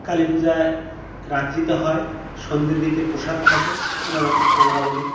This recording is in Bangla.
কালী পূজা রাত্রিতে হয় সন্ধের দিকে প্রসাদ থাকে যেমন আমরা বলি